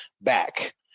back